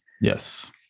yes